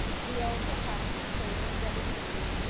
we also have two pages dedicated,